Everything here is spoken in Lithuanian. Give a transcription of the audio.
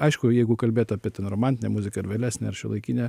aišku jeigu kalbėt apie romantinę muziką ar vėlesnę ar šiuolaikinę